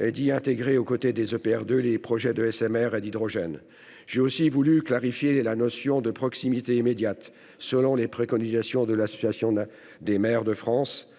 et d'y intégrer, aux côtés des EPR 2, les projets de SMR et d'hydrogène. J'ai également voulu clarifier la notion de « proximité immédiate », selon les préconisations de l'Association des maires de France